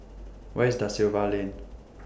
Where IS DA Silva Lane